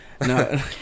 No